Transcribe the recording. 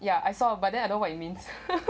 ya I saw but then I don't know what you mean